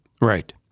Right